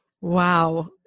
Wow